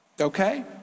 Okay